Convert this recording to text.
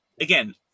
again